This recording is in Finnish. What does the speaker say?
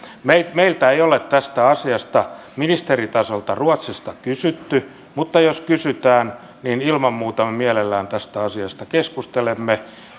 meiltä ei ole tästä asiasta ministeritasolta ruotsista kysytty mutta jos kysytään niin ilman muuta me mielellämme tästä asiasta keskustelemme